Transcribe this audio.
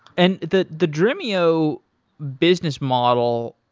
and the the dremio business model,